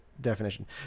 definition